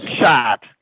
shot